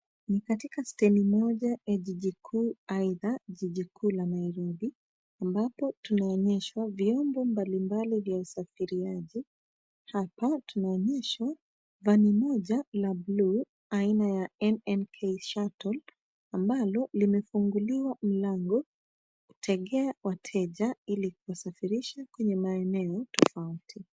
Ni katika steni moja ya jiji kuu, aidha jiji kuu la Nairobi, ambapo tunaoneshwa vyombo mbali mbali vya usafiriaji. Hapa tunaoneshwa vani moja la blue aina ya M.N.K shuttle , ambalo limefunguliwa mlango kutengea wateja ili kuwasafirisha kwenye maeneo tofauti.